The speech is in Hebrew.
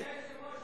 וצו הבלו על דלק (הטלת בלו) (תיקון מס' 2) (תיקון),